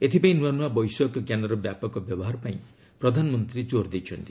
ଏଥିପାଇଁ ନୂଆ ନୂଆ ବୈଷୟିକ ଜ୍ଞାନର ବ୍ୟାପକ ବ୍ୟବହାର ପାଇଁ ପ୍ରଧାନମନ୍ତ୍ରୀ ଜୋର୍ ଦେଇଛନ୍ତି